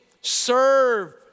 Serve